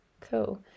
Cool